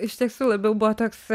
iš tiesų labiau buvo toks